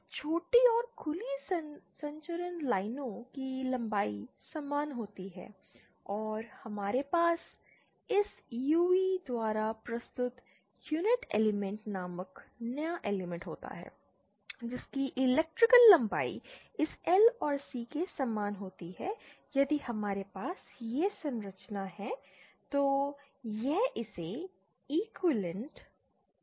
इस छोटी और खुली संचरण लाइनों की लंबाई समान होती है और हमारे पास इस UE द्वारा प्रस्तुत यूनिट एलिमेंट नामक नया एलिमेंट होता है जिसकी इलेक्ट्रिकल लंबाई इस L और C के समान होती है यदि हमारे पास यह संरचना है तो यह इसके इक्विवेलेंट है